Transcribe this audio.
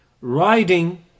riding